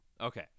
Okay